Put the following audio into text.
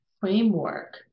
framework